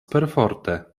perforte